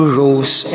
rose